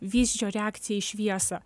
vyzdžio reakciją į šviesą